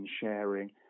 sharing